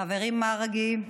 חברי מרגי,